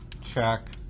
check